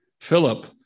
Philip